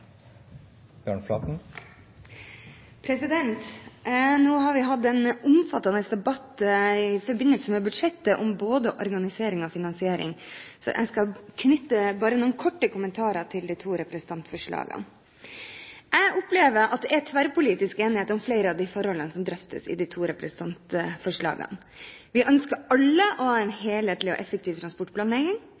vedtatt. Nå har vi hatt en omfattende debatt i forbindelse med budsjettet om både organisering og finansiering, så jeg skal bare knytte noen korte kommentarer til de to representantforslagene. Jeg opplever at det er tverrpolitisk enighet om flere av de forholdene som drøftes i de to representantforslagene. Vi ønsker alle å ha en helhetlig og effektiv transportplanlegging,